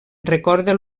recorda